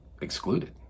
excluded